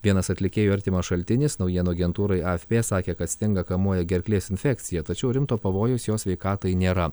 vienas atlikėjui artimas šaltinis naujienų agentūrai afp sakė kad stingą kamuoja gerklės infekcija tačiau rimto pavojaus jo sveikatai nėra